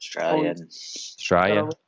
Australian